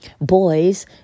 Boys